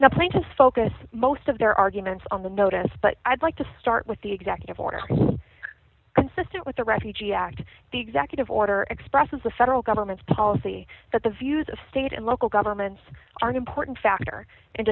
plaintiff focus most of their arguments on the notice but i'd like to start with the executive order consistent with the refugee act the executive order expresses the federal government's policy that the views of state and local governments are an important factor